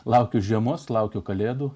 laukiu žiemos laukiu kalėdų